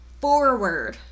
forward